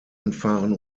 anfahren